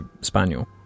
spaniel